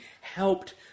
helped